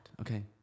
Okay